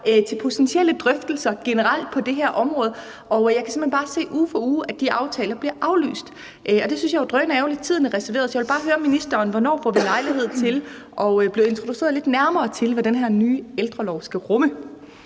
til potentielle drøftelser generelt på det her område, og jeg kan simpelt hen bare uge for uge se, at de aftaler bliver aflyst, og det synes jeg jo er drønærgerligt. Tiden er reserveret, så jeg vil bare høre ministeren: Hvornår får vi lejlighed til at blive introduceret lidt nærmere til, hvad den her nye ældrelov skal rumme?